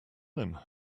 him